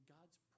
God's